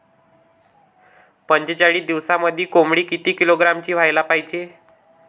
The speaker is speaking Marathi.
पंचेचाळीस दिवसामंदी कोंबडी किती किलोग्रॅमची व्हायले पाहीजे?